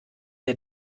der